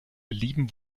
belieben